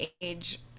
age